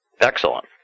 Excellent